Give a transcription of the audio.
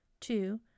two